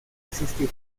existir